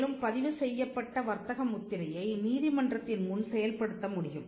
மேலும் பதிவு செய்யப்பட்ட வர்த்தக முத்திரையை நீதிமன்றத்தின் முன் செயல்படுத்த முடியும்